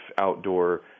outdoor